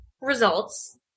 results